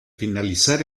finalizar